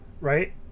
Right